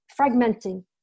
fragmenting